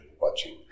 watching